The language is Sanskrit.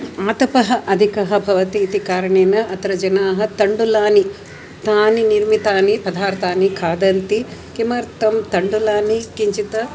आतपः अधिकः भवति इति कारणेन अत्र जनाः तण्डुलानि तानि निर्मितानि पदार्थानि खादन्ति किमर्थं तण्डुलानि किञ्चित्